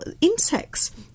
insects